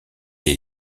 est